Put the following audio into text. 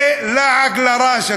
זה לעג לרש.